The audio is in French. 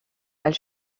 elle